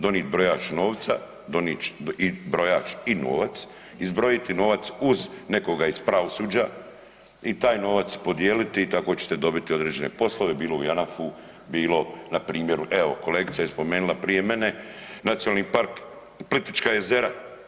Donit brojač novca, donit i brojač i novac, izbrojiti novac uz nekoga iz pravosuđa i taj novac podijeliti i tako ćete dobiti određene poslove, bilo u JANAF-u, bilo npr., evo kolegica je spomenula prije mene Nacionalni park Plitvička jezera.